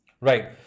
Right